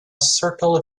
circle